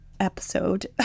Episode